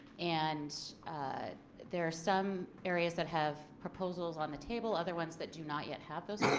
and there are some areas that have proposals on the table other ones that do not yet have those